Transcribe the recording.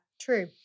True